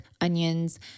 onions